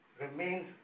remains